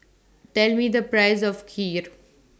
Tell Me The Price of Kheer